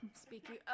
Speaking